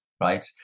right